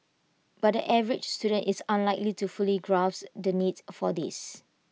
but the average student is unlikely to fully grasp the needs for this